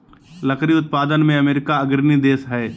लकड़ी उत्पादन में अमेरिका अग्रणी देश हइ